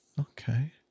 Okay